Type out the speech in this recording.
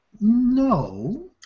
No